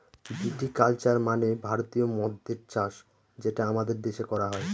ভিটি culture মানে ভারতীয় মদ্যের চাষ যেটা আমাদের দেশে করা হয়